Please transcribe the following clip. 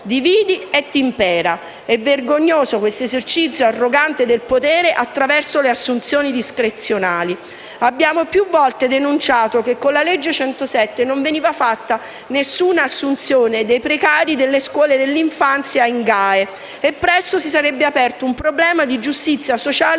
*Divide et impera*. Questo esercizio arrogante del potere attraverso le assunzioni discrezionali è vergognoso. Abbiamo più volte denunciato che con la legge 107 non veniva fatta alcuna assunzione dei precari delle scuole dell'infanzia nelle GAE e che presto si sarebbe aperto un problema di giustizia sociale